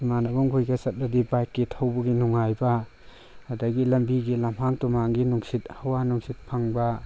ꯏꯃꯥꯟꯅꯕ ꯃꯈꯣꯏꯒ ꯆꯠꯂꯗꯤ ꯕꯥꯏꯛꯀꯤ ꯊꯧꯕꯒꯤ ꯅꯨꯡꯉꯥꯏꯕ ꯑꯗꯒꯤ ꯂꯝꯕꯤꯒꯤ ꯂꯝꯍꯥꯡ ꯇꯨꯝꯍꯥꯡꯒꯤ ꯅꯨꯡꯁꯤꯠ ꯍꯋꯥ ꯅꯨꯡꯁꯤꯠ ꯐꯪꯕ